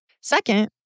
Second